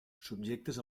subjectes